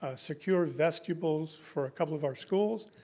ah secure vestibules for a couple of our schools,